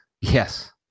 yes